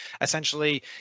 essentially